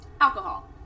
Alcohol